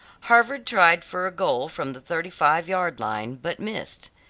harvard tried for a goal from the thirty-five-yard line, but missed.